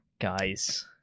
guys